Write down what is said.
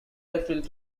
airfield